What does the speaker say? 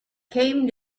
came